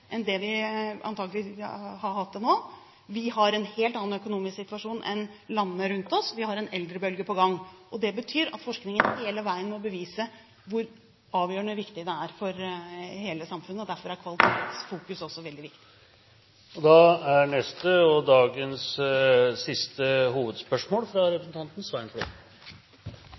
enn det vi har hatt til nå. Vi har en helt annen økonomisk situasjon enn landene rundt oss, vi har en eldrebølge på gang. Det betyr at forskningen hele veien må bevise hvor avgjørende viktig den er for hele samfunnet. Derfor er fokus på kvalitet også veldig viktig. Dermed går vi til neste – og dagens siste – hovedspørsmål.